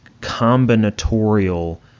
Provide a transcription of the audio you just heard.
combinatorial